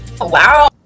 wow